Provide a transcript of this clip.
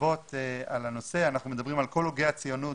רבות על הנושא, אנחנו מדברים על כל הוגי הציונות